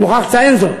אני מוכרח לציין זאת.